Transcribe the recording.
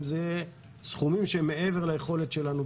אם אלה סכומים שמעבר ליכולת שלנו,